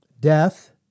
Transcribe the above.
death